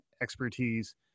expertise